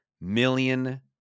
million